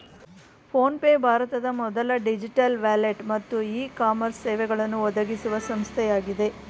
phone pay ಭಾರತದ ಮೊದಲ digital wallet ಮತ್ತು ಇ ಕಾಮರ್ಸ್ ಸೇವೆಗಳನ್ನು ಒದಗಿಸುವ ಸಂಸ್ಥೆಯಾಗಿದೆ